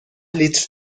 لیتر